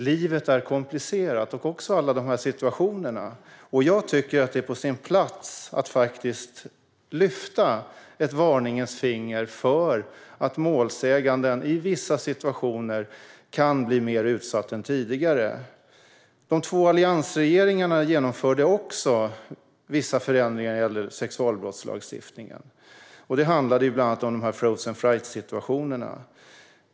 Livet är komplicerat, och det är också alla de här situationerna. Jag tycker att det är på sin plats att faktiskt lyfta ett varningens finger för att målsäganden i vissa situationer kan bli mer utsatt än tidigare. De två alliansregeringarna genomförde också vissa förändringar i sexualbrottslagstiftningen. Det handlade bland annat om frozen fright-situationerna.